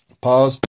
Pause